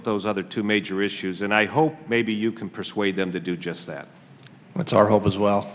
at those other two major issues and i hope maybe you can persuade them to do just that and it's our hope as well